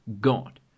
God